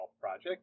project